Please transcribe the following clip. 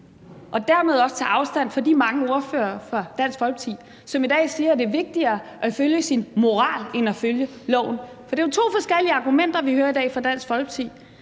og dermed også tage afstand fra de mange spørgere fra Dansk Folkeparti, som i dag siger, at det er vigtigere at følge sin moral end at følge loven. For det er jo to forskellige argumenter, vi hører i dag fra Dansk Folkeparti,